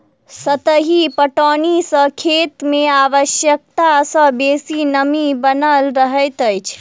सतही पटौनी सॅ खेत मे आवश्यकता सॅ बेसी नमी बनल रहैत अछि